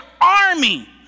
army